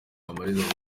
kamaliza